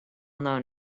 known